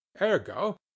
ergo